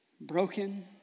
broken